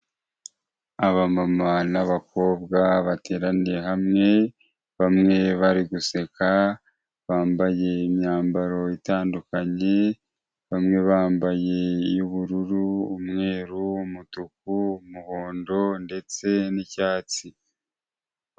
Abamama n'abakobwa bateraniye hamwe bamwe bari guseka, bambaye imyambaro itandukanye bamwe bambaye iy'bururu, umweru, umutuku, umuhondo ndetse n'icyatsi.